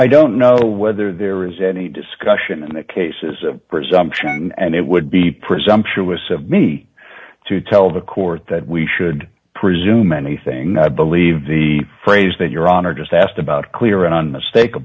i don't know whether there is any discussion in the cases of presumption and it would be presumptuous of me to tell the court that we should presume anything i believe the phrase that your honor just asked about clear and unmistak